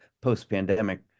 post-pandemic